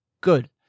good